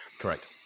Correct